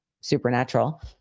Supernatural